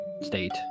state